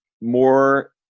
more